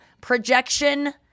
projection